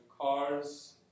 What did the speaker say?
cars